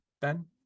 Ben